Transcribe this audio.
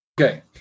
Okay